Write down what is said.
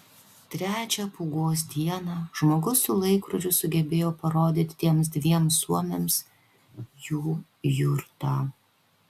trečią pūgos dieną žmogus su laikrodžiu sugebėjo parodyti tiems dviem suomiams jų jurtą